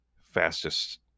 fastest